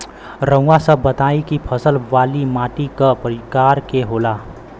रउआ सब बताई कि फसल वाली माटी क प्रकार के होला?